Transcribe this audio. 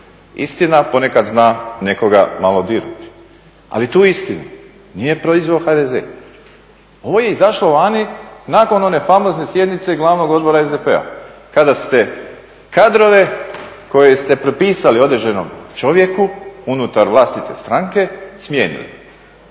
Istina ponekad zna nekoga malo dirnuti, ali tu istinu nije proizveo HDZ. Ovo je izašlo vani nakon one famozne sjednice glavnog odbora SDP-a kada ste kadrove koje ste pripisali određenom čovjeku unutar vlastite stranke smijenili.